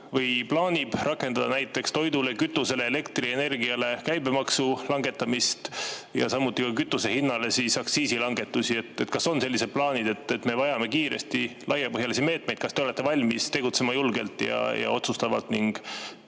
või plaanib rakendada näiteks toidu, kütuse, elektrienergia käibemaksu langetamist ja samuti kütuseaktsiisi langetusi? Kas on sellised plaanid? Me vajame kiiresti laiapõhjalisi meetmeid. Kas te olete valmis tegutsema julgelt ja otsustavalt ning